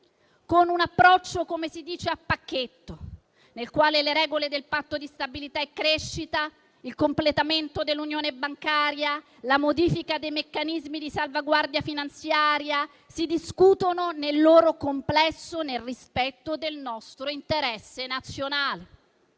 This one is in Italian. con un approccio cosiddetto a pacchetto, nel quale le regole del Patto di stabilità e crescita, il completamento dell'Unione bancaria, la modifica dei meccanismi di salvaguardia finanziaria si discutono nel loro complesso nel rispetto del nostro interesse nazionale.